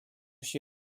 się